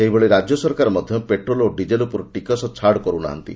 ସେହିଭଳି ରାଜ୍ୟ ସରକାର ମଧ ପେଟ୍ରୋଲ୍ ଏବଂ ଡିଜେଲ୍ ଉପରୁ ଟିକସ ଛାଡ଼ କରୁନାହାନ୍ତି